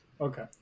Okay